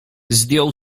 zdjął